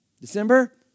December